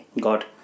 got